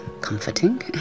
comforting